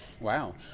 wow